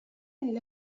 لديه